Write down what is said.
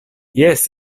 jes